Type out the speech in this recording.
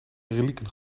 relieken